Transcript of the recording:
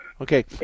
okay